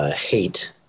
hate